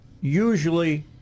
usually